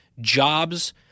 jobs